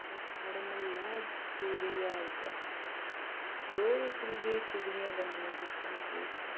इक साढ़े म्हल्लै बुरी हालत ऐ लोक इक दुए चुगलियां करनां नी छुड़दे हैन केह् सनां